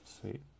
Sweet